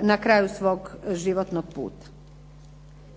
na kraju svog životnog puta.